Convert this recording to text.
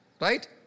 Right